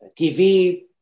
TV